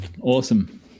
Awesome